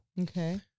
Okay